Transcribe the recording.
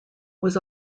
was